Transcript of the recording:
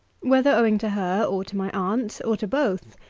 whether owing to her, or to my aunt, or to both,